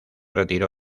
retiró